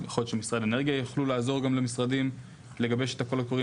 יכול להיות שמשרד האנרגיה יוכל לעזור למשרדים לגבש את הקולות הקוראים